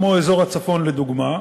כמו אזור הצפון לדוגמה,